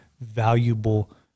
valuable